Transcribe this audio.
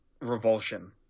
revulsion